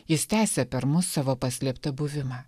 jis tęsia per mus savo paslėptą buvimą